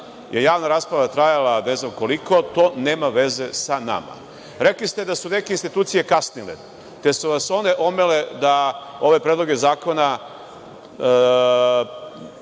je javna rasprava trajala ne znam koliko, to nema veze sa nama. Rekli ste da su neke institucije kasnile, te su vas one omele da ove predloge zakona